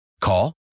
Call